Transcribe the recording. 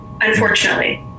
unfortunately